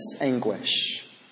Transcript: anguish